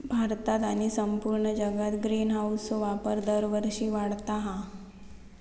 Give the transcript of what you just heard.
भारतात आणि संपूर्ण जगात ग्रीनहाऊसचो वापर दरवर्षी वाढता हा